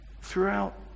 throughout